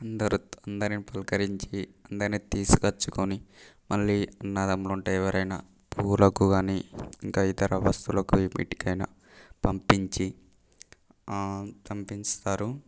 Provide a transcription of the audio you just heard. అందరూ అందరినీ పలకరించి అందరినీ తీసుకొచ్చికొని మళ్ళీ అన్నదమ్ములుంటే ఎవరైనా పూలకు కానీ ఇంకా ఇతర వస్తువులుకు వీటికైనా పంపించి పంపింస్తారు